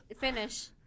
finish